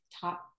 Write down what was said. top